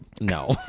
No